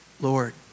Lord